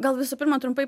gal visų pirma trumpai